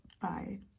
bye